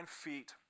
feet